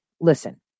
listen